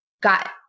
got